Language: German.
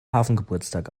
hafengeburtstag